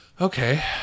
okay